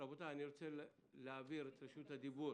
רבותי, אני רוצה להעביר את רשות הדיבור